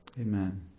amen